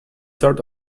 sort